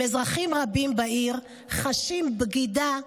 עם אזרחים רבים בעיר, חשים בגידה,